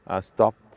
stopped